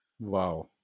Wow